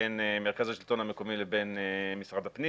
משא ומתן בין מרכז השלטון המקומי לבין משרד הפנים